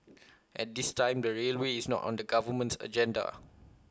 at this time the railway is not on the government's agenda